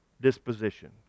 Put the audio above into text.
disposition